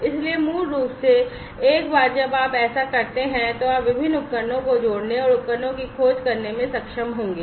इसलिए मूल रूप से एक बार जब आप ऐसा करते हैं तो आप विभिन्न उपकरणों को जोड़ने और उपकरणों की खोज करने में सक्षम होंगे